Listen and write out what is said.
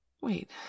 Wait